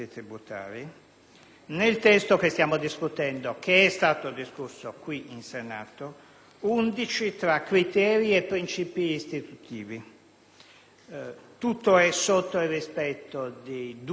nel testo che stiamo discutendo e che è stato discusso qui in Senato undici tra criteri e principi istitutivi; tutto è sotto il rispetto di due fondi di